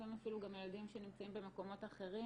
ולפעמים אפילו על ילדים שנמצאים במקומות אחרים,